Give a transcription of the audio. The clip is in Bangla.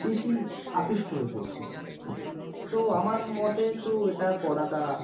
বেশি আকৃষ্ট হয়ে পড়ছি তো আমার মতে তো এটা করাটা